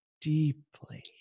deeply